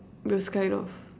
those kind of